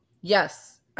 Yes